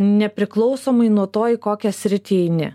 nepriklausomai nuo to į kokią sritį eini